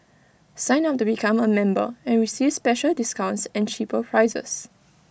sign up to become A member and receive special discounts and cheaper prices